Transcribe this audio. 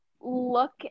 look